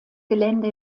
gelände